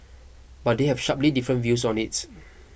but they have sharply different views on its